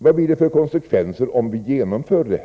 Vad blir det för konsekvenser om vi genomför förslaget?